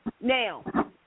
Now